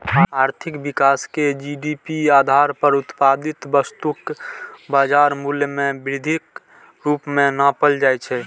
आर्थिक विकास कें जी.डी.पी आधार पर उत्पादित वस्तुक बाजार मूल्य मे वृद्धिक रूप मे नापल जाइ छै